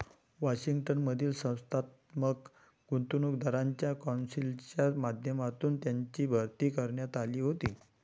Washington मधील संस्थात्मक गुंतवणूकदारांच्या कौन्सिलच्या माध्यमातून त्यांची भरती करण्यात आली होती